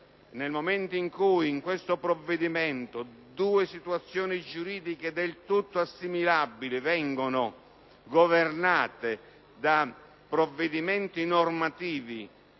Nel momento in cui in questo provvedimento due situazioni giuridiche del tutto assimilabili vengono governate da provvedimenti normativi